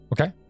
Okay